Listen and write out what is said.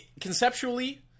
conceptually